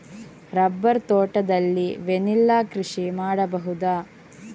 Rubber ತೋಟದಲ್ಲಿ vanilla ಕೃಷಿ ಮಾಡಬಹುದಾ?